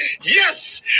yes